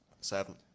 seven